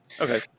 Okay